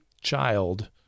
child